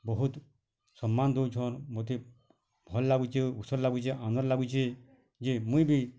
ବହୁତ୍ ସମ୍ମାନ ଦଉଛଁନ୍ ମତେ ଭଲ୍ ଲାଗୁଛୁ ଉତ୍ସହ ଲାଗୁଛି ଆନନ୍ଦ ଲାଗୁଛି ଯେ ମୁଇଁ ବି